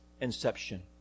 inception